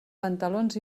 pantalons